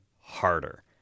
harder